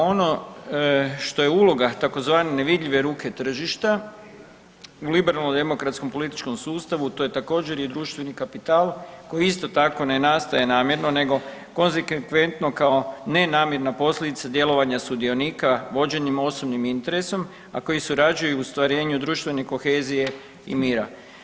Ono što je uloga, tzv. nevidljive ruke tržišta u liberalno-demokratskom političkom sustavu, to je također, i društveni kapital koji isto tako ne nastaje namjerno nego konsekventno kao nenamjerna posljedica djelovanja sudionika vođenim osobnim interesom, a koje surađuju u ostvarenju društvene kohezije i mira.